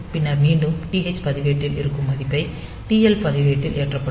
பின்னர் மீண்டும் TH பதிவேட்டில் இருக்கும் மதிப்பை TL பதிவேட்டில் ஏற்றப்படும்